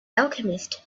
alchemist